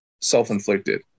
self-inflicted